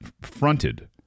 fronted